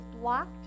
blocked